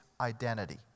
identity